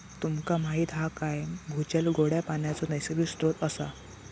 तुमका माहीत हा काय भूजल गोड्या पानाचो नैसर्गिक स्त्रोत असा